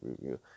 review